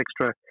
extra